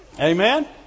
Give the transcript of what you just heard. Amen